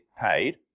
paid